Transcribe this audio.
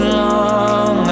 long